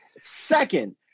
Second